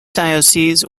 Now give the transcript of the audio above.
diocese